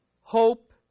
hope